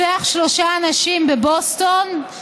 רוצח שלושה אנשים בבוסטון,